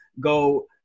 go